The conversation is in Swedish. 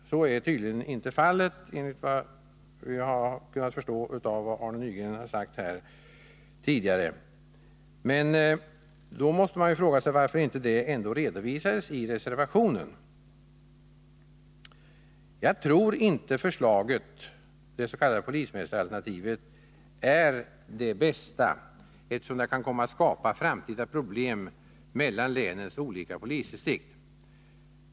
Så är tydligen inte fallet, såvitt jag har kunnat förstå av vad Arne Nygren har framfört här tidigare i debatten. Jag måste då ställa frågan varför det inte redovisades i reservationen. Jag tror inte att detta förslag, det s.k. polismästaralternativet, är det bästa, eftersom det kan komma att skapa framtida problem mellan länens olika polisdistrikt.